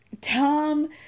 Tom